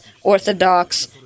Orthodox